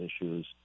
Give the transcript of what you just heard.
issues